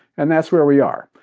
and that's where we are.